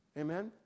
Amen